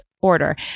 order